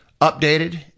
updated